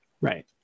right